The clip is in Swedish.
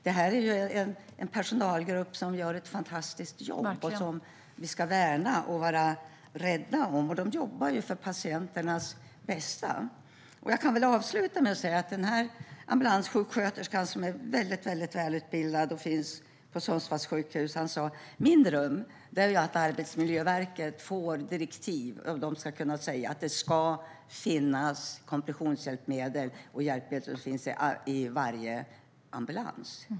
Det här är en personalgrupp som gör ett fantastiskt jobb och som vi ska värna och vara rädda om. De jobbar ju för patienternas bästa. Den här ambulanssjuksköterskan, som är mycket välutbildad och som finns på Sundsvalls sjukhus, sa: Min dröm är att Arbetsmiljöverket får direktiv om att det ska finnas kompressionshjälpmedel i varje ambulans.